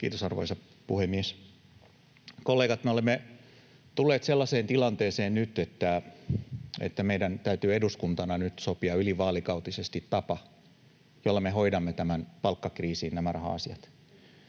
Kiitos, arvoisa puhemies! Kollegat, me olemme tulleet sellaiseen tilanteeseen nyt, että meidän täytyy eduskuntana sopia yli vaalikautisesti tapa, jolla me hoidamme tämän palkkakriisin, nämä raha-asiat.